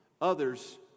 others